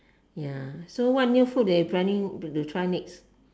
ya so what new food they planning to try next